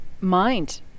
mind